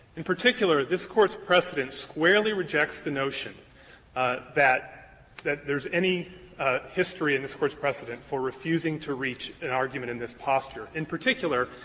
in particular, this court's precedents squarely reject the notion ah that that there's any history in this court's precedents for refusing to reach an argument in this posture. in particular,